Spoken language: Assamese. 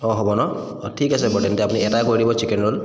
অঁ হ'ব ন' ঠিক আছে বাৰু তেন্তে আপুনি এটাই কৰি দিব চিকেন ৰ'ল